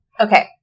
Okay